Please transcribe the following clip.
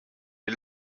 les